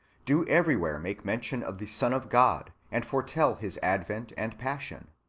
do everywhere make mention of the son of god, and foretell his advent and passion.